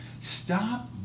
stop